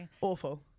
awful